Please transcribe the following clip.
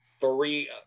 three